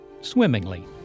swimmingly